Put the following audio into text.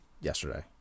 yesterday